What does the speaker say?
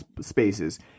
spaces